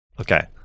Okay